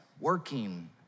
working